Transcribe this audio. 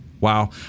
Wow